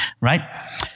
right